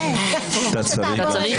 אתה צריך, אתה צריך.